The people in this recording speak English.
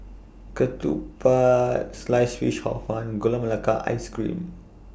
Ketupat Sliced Fish Hor Fun Gula Melaka Ice Cream